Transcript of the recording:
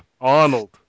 Arnold